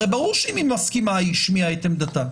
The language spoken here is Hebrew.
הרי ברור שאם היא מסכימה, היא השמיעה את עמדתה.